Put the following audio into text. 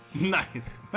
Nice